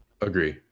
Agree